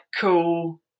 cool